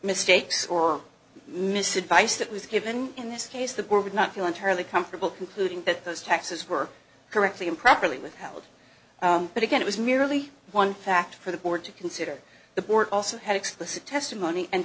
mistakes or mis advice that was given in this case the board would not feel entirely comfortable concluding that those taxes were correctly improperly withheld but again it was merely one fact for the board to consider the board also had explicit testimony and